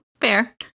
Fair